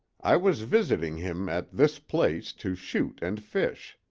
i was visiting him at this place to shoot and fish.